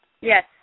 Yes